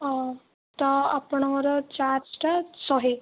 ଆଉ ତ ଆପଣଙ୍କର ଚାର୍ଜ୍ଟା ଶହେ